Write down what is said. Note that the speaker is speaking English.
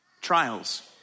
trials